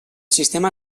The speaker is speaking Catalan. sistema